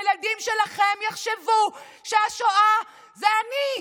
הילדים שלכם יחשבו שהשואה זה אני.